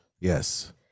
yes